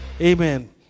Amen